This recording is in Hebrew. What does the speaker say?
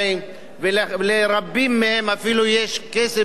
ולרבות מהן אפילו יש כסף בפק"מ.